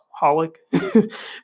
holic